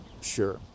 Sure